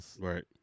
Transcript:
right